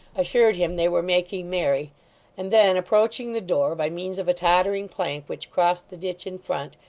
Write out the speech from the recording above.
assured him they were making merry and then approaching the door, by means of a tottering plank which crossed the ditch in front,